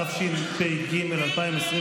התשפ"ג 2023,